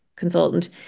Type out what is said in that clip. Consultant